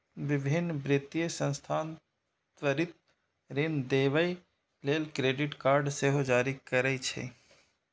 विभिन्न वित्तीय संस्थान त्वरित ऋण देबय लेल क्रेडिट कार्ड सेहो जारी करै छै